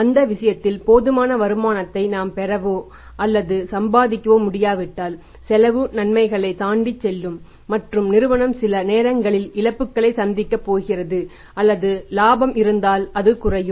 அந்த விஷயத்தில் போதுமான வருமானத்தை நாம் பெறவோ அல்லது சம்பாதிக்கவோ முடியாவிட்டால் செலவு நன்மைகளைத் தாண்டிச் செல்லும் மற்றும் நிறுவனம் சில நேரங்களில் இழப்புகளைச் சந்திக்கப் போகிறது அல்லது லாபம் இருந்தாள் அது குறையும்